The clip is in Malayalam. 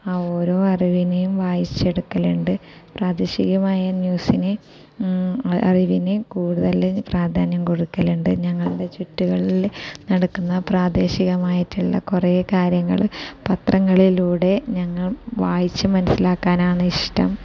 ആ ഓരോ അറിവിനെയും വായിച്ചെടുക്കലുണ്ട് പ്രാദേശികമായ ന്യൂസിനെ അറിവിനെ കൂടുതൽ പ്രാധാന്യം കൊടുക്കലുണ്ട് ഞങ്ങളുടെ ചുറ്റുകളിൽ നടക്കുന്ന പ്രാദേശികമായിട്ടുള്ള കുറേ കാര്യങ്ങൾ പത്രങ്ങളിലൂടെ ഞങ്ങൾ വായിച്ചു മനസ്സിലാക്കാനാണ് ഇഷ്ടം